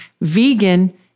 vegan